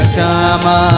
Shama